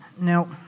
Now